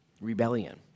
rebellion